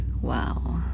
Wow